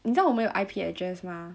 你知道我们有 I_P address mah